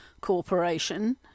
Corporation